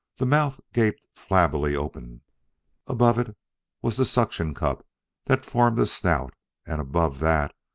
the mouth gaped flabbily open above it was the suction cup that formed a snout and above that,